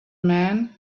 man